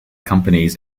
companies